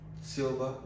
Silver